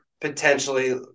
potentially